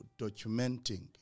documenting